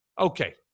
Okay